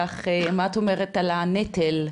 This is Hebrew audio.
אומרת על הנטל,